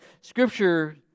Scripture